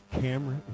camera